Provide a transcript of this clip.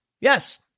Yes